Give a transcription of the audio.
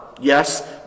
Yes